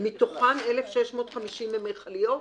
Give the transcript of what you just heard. אז מתוכן 1,650 הן מכליות?